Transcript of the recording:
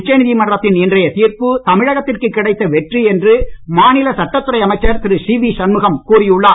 உச்சநீதிமன்றத்தின் இன்றைய தீர்ப்பு தமிழகத்திற்கு கிடைத்த வெற்றி என்று மாநில சட்டத்துறை அமைச்சர் திரு சிவி சண்முகம் கூறி உள்ளார்